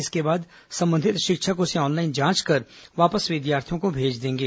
इसके बाद संबंधित शिक्षक उसे ऑनलाइन जांच कर वापस विद्यार्थि यों को भेज देंगे